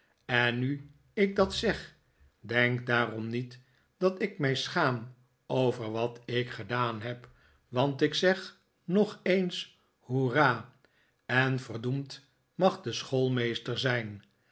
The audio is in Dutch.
en nu ik dat zeg denk daarom niet dat ik mij schaam over wat ik gedaan heb want ik zeg nog eens hoera en verdoemd mag de schoolmeester zijn